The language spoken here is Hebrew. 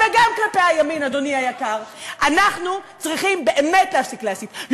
מי שחשב שהייתה לכם איזו מעידה מקרית,